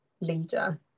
leader